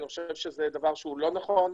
אני חושב שזה דבר לא נכון,